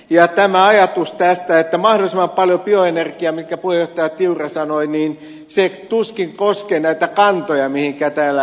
ja tämä ajatus minkä puheenjohtaja tiura sanoi mahdollisimman paljon bioenergiaa tuskin koskee kantoja mihinkä täällä ed